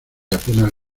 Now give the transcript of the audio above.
apenas